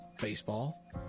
Baseball